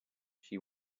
she